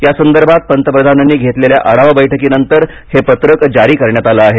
यासंदर्भात पंतप्रधानांनी घेतलेल्या आढावा बैठकीनंतर हे पत्रक जारी करण्यात आलं आहे